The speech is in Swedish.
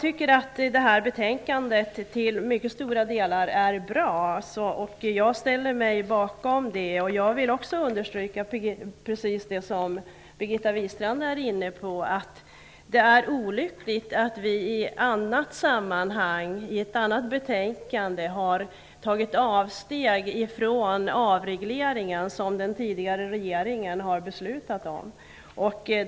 Det här betänkandet är till mycket stora delar bra, och jag ställer mig bakom det. Jag vill precis som Birgitta Wistrand understryka att det är olyckligt att vi i annat sammanhang, i ett annat betänkande, har gjort avsteg från den avreglering som den tidigare regeringen beslutade om.